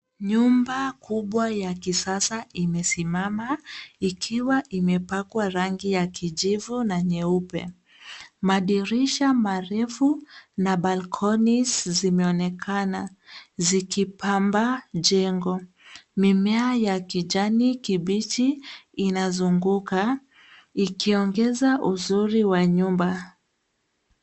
Nyumba kubwa la kisasa imesimama likiwa imepakwa rangi ya kijivu na nyeupe. Madirisha marefu na (cs)balcony(cs) zimeonekana zikipamba jengo. Mimea ya kijani kibichi inazunguka ikiongeza uzuri wa nyumba.